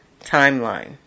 timeline